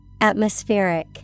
Atmospheric